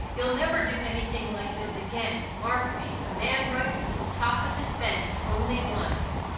you'll never do anything like this again, mark me. a man writes to the top of his bent only once.